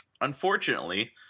Unfortunately